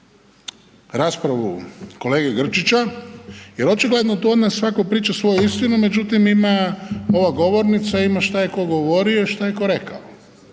raspravu kolege Grčića jer očigledno tu od nas svatko priča svoju istinu međutim ima, govornica ima šta je ko govorio i šta je ko rekao.